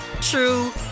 true